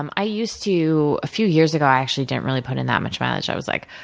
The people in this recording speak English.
um i used to a few years ago, i actually didn't really put in that much mileage. i was like,